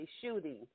shooting